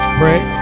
pray